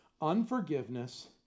Unforgiveness